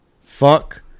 fuck